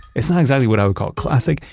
it's not exactly what i would call classic,